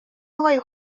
آقای